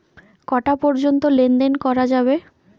কটা পর্যন্ত লেন দেন করা যাবে?